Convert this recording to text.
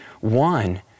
one